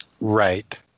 Right